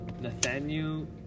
Nathaniel